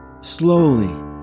Slowly